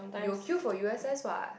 you will queue for u_s_s what